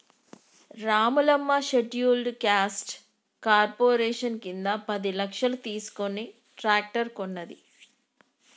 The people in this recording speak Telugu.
రాములమ్మ షెడ్యూల్డ్ క్యాస్ట్ కార్పొరేషన్ కింద పది లక్షలు తీసుకుని ట్రాక్టర్ కొన్నది